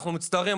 אנחנו מצטערים.